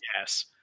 Yes